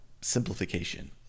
simplification